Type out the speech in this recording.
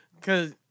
cause